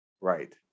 right